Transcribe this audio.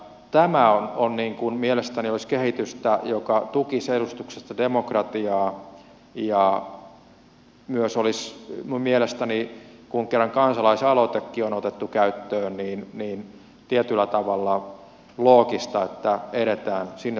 tämä mielestäni olisi kehitystä joka tukisi edustuksellista demokratiaa ja myös olisi mielestäni kun kerran kansalaisaloitekin on otettu käyttöön tietyllä tavalla loogista että edetään sinne suuntaan